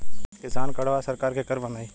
किसान कार्डवा सरकार केकर बनाई?